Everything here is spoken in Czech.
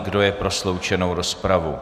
Kdo je pro sloučenou rozpravu?